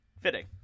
Fitting